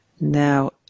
Now